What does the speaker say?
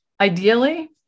ideally